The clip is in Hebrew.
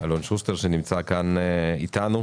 אלון שוסטר שנמצא כאן איתנו.